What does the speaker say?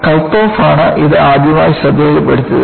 കൽതോഫ് ആണ് ഇത് ആദ്യമായി ശ്രദ്ധയിൽപ്പെടുത്തിയത്